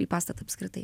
į pastatą apskritai